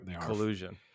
Collusion